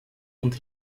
und